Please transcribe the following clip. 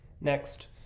Next